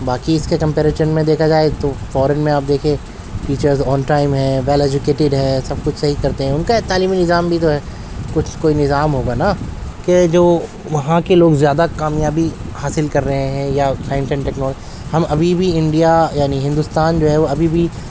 باقی اس کے کمپیریجن میں دیکھا جائے تو فارین میں آپ دیکھیے ٹیچرز آن ٹائم ہے ویل ایجوکیٹیڈ ہے سب کچھ صحیح کرتے ہیں ان کا تعلیمی نظام بھی تو ہے کچھ کوئی نظام ہوگا نا کہ جو وہاں کے لوگ زیادہ کامیابی حاصل کر رہے ہیں یا فینٹین ٹیکنالوجی ہم ابھی بھی انڈیا یعنی ہندوستان جو ہے وہ ابھی بھی